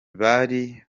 bari